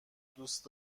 دوست